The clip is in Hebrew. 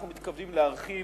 אנחנו מתכוונים להרחיב